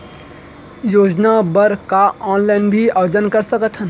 योजना बर का ऑनलाइन भी आवेदन कर सकथन?